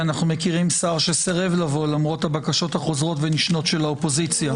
כי אנחנו מכירים שר שסרב לבוא למרות בקשות חוזרות ונשנות של האופוזיציה.